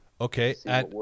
Okay